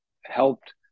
helped